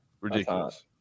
ridiculous